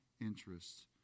interests